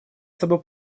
собой